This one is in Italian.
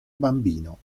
bambino